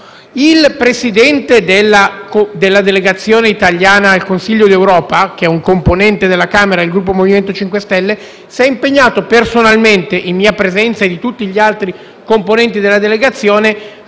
Il Presidente della delegazione italiana al Consiglio d'Europa, che è un componente della Camera del Gruppo del Movimento 5 Stelle, si è impegnato personalmente, in mia presenza e di tutti gli altri componenti della delegazione,